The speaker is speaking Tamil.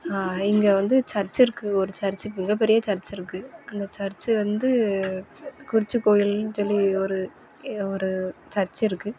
இங்கே வந்து சர்ச்சு இருக்கு ஒரு சர்ச்சு மிகப்பெரிய சர்ச்சு இருக்கு அந்த சர்ச்சு வந்து குடிச்ச கோயில்ன்னு சொல்லி ஒரு ஏ ஒரு சர்ச்சு இருக்கு